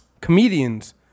comedians